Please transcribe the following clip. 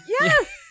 yes